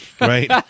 right